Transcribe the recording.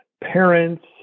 parents